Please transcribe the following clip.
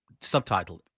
subtitled